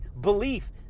belief